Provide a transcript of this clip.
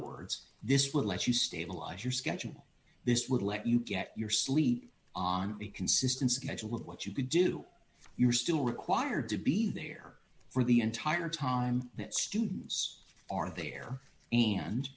words this would let you stabilize your schedule this would let you get your sleep on a consistent schedule of what you can do you're still required to be there for the entire time that students are there and